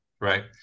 right